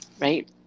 right